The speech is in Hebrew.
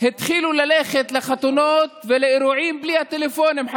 והתחילו ללכת לחתונות ולאירועים בלי הפלאפונים,